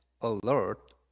alert